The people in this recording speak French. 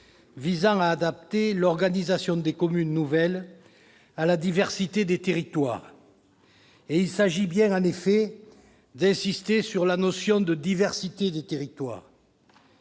visant à adapter l'organisation des communes nouvelles à la diversité des territoires. Il s'agit bien, en effet, d'insister sur la notion de « diversité des territoires